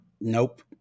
Nope